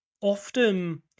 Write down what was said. often